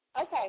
Okay